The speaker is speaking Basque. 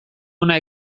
hona